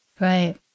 Right